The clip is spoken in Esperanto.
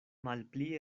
malpli